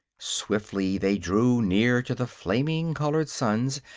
swiftly they drew near to the flaming colored suns,